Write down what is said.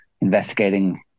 investigating